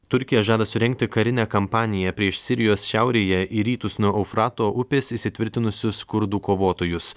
turkija žada surengti karinę kampaniją prieš sirijos šiaurėje į rytus nuo eufrato upės įsitvirtinusius kurdų kovotojus